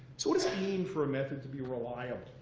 so what does it mean for a method to be reliable?